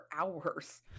hours